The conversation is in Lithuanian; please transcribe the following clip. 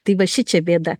tai va šičia bėda